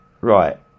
right